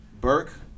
Burke